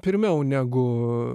pirmiau negu